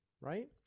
right